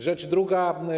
Rzecz druga.